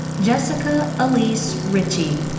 jessica alyse richey.